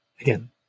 again